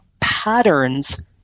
patterns